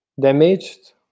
damaged